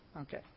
Okay